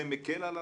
זה מקל על הרשות,